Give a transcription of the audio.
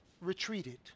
retreated